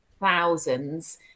thousands